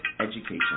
education